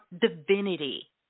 divinity